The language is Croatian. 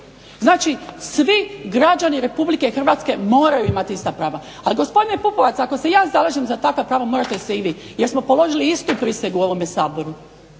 Znači, svi građani RH moraju imati ista prava. Ali gospodine Pupovac ako se ja zalažem za takva prava morate se i vi jer smo položili istu prisegu u ovome Saboru.